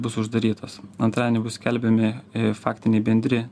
bus uždarytos antradienį bus skelbiami faktiniai bendri